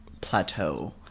plateau